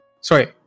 Sorry